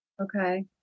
Okay